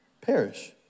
Perish